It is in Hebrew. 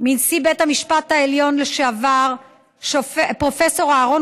מנשיא בית המשפט העליון לשעבר פרופ' אהרן